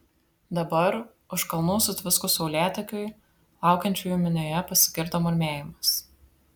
dabar už kalnų sutviskus saulėtekiui laukiančiųjų minioje pasigirdo murmėjimas